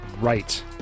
right